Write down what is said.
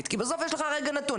כי בסוף יש לך רגע נתון.